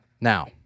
Now